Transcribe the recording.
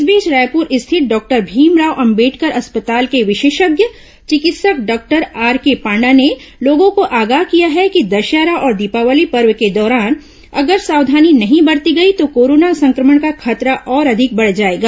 इस बीच रायपुर स्थित डॉक्टर भीमराव अंबेडकर अस्पताल के विशेषज्ञ चिकित्सक डॉक्टर आर के पांडा ने लोगों को आगाह किया है कि दशहरा और दीपावली पर्व के दौरान अगर सावधानी नहीं बरती गई तो कोरोना संक्रमण का खतरा और अधिक बढ़ जाएगा